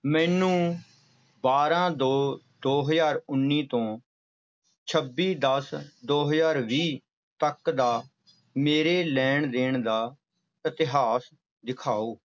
ਮੈਨੂੰ ਬਾਰ੍ਹਾਂ ਦੋ ਦੋ ਹਜ਼ਾਰ ਉੱਨੀ ਤੋਂ ਛੱਬੀ ਦਸ ਦੋ ਹਜ਼ਾਰ ਵੀਹ ਤੱਕ ਦਾ ਮੇਰੇ ਲੈਣ ਦੇਣ ਦਾ ਇਤਿਹਾਸ ਦਿਖਾਓ